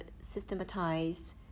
systematized